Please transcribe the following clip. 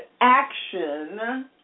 action